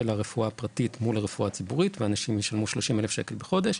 הרפואה הפרטית מול הרפואה הציבורית ואנשים ישלמו 30,000 שקל בחודש,